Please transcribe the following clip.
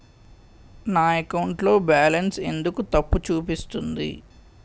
నా అకౌంట్ లో బాలన్స్ ఎందుకు తప్పు చూపిస్తుంది?